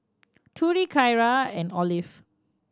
Trudy Tyra and Olive